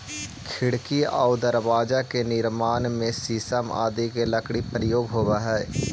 खिड़की आउ दरवाजा के निर्माण में शीशम आदि के लकड़ी के प्रयोग होवऽ हइ